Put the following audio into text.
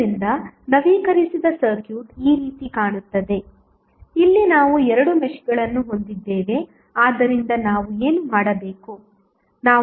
ಆದ್ದರಿಂದ ನವೀಕರಿಸಿದ ಸರ್ಕ್ಯೂಟ್ ಈ ರೀತಿ ಕಾಣುತ್ತದೆ ಇಲ್ಲಿ ನಾವು ಎರಡು ಮೆಶ್ಗಳನ್ನು ಹೊಂದಿದ್ದೇವೆ ಆದ್ದರಿಂದ ನಾವು ಏನು ಮಾಡಬೇಕು